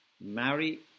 marry